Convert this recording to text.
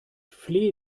flehe